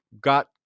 got